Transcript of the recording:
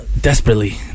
desperately